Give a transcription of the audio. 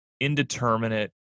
indeterminate